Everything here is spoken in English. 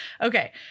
Okay